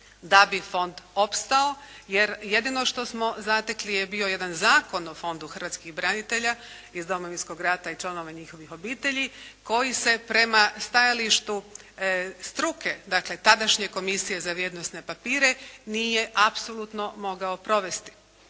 da bi fond opstao, jer jedino što smo zatekli je bio jedan Zakon o fondu hrvatskih branitelja iz Domovinskog rata i članova njihovih obitelji koji se prema stajalištu struke dakle, tadašnje komisije za vrijednosne papire nije apsolutno mogao provesti.